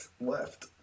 left